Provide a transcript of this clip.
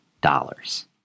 dollars